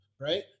Right